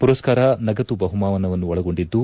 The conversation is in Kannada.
ಪುರಸ್ತಾರ ನಗದು ಬಹುಮಾನವನ್ನು ಒಳಗೊಂಡಿದ್ದು